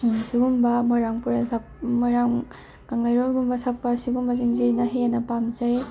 ꯁꯨꯒꯨꯝꯕ ꯃꯣꯏꯔꯥꯡꯄꯨꯔꯦꯜ ꯁꯛ ꯃꯣꯏꯔꯥꯡ ꯀꯪꯂꯩꯔꯣꯜꯒꯨꯝꯕ ꯁꯛꯄ ꯁꯤꯒꯨꯝꯕꯁꯤꯡꯁꯤꯅ ꯍꯦꯟꯅ ꯄꯥꯝꯖꯩ